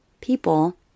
people